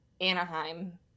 Anaheim